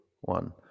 one